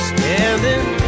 Standing